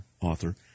author